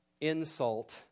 insult